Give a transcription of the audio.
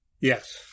Yes